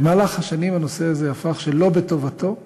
במהלך השנים הנושא הזה הפך, שלא בטובתו,